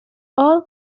all